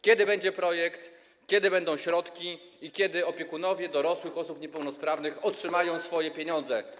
Kiedy będzie projekt, kiedy będą środki i kiedy opiekunowie dorosłych osób niepełnosprawnych otrzymają swoje pieniądze?